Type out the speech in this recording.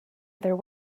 other